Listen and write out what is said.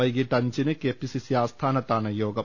വൈകീട്ട് അഞ്ചിന് കെപിസിസി ആസ്ഥാനത്താണ് യോഗം